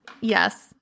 Yes